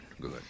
good